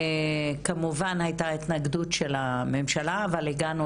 כמובן הייתה התנגדות של הממשלה אבל הגענו